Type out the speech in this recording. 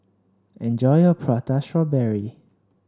enjoy your Prata Strawberry